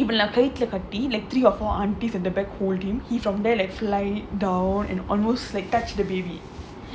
இவள நா கைத்தில கட்டி:ivala naa kaithila katti like three or four aunties and the back hold him he from there like fly down and almost like touch the baby